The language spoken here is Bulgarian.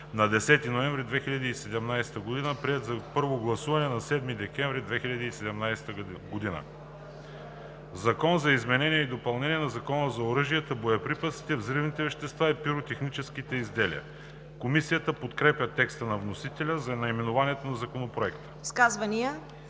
на 10 ноември 2017 г., приет на първо гласуване на 7 декември 2017 г. Закон за изменение и допълнение на Закона за оръжията, боеприпасите, взривните вещества и пиротехническите изделия“. Комисията подкрепя текста на вносителя за наименованието на Закона.